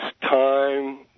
time